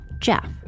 Jeff